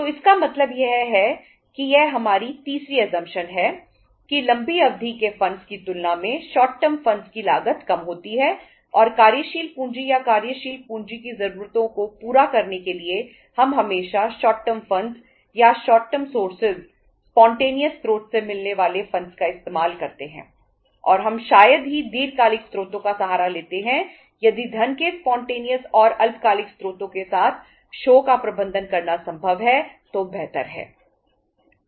तो इसका मतलब यह है कि यह हमारी तीसरी असमप्शन का प्रबंधन करना संभव है तो बेहतर है